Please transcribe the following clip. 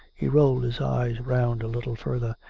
he rolled his eyes round a little further.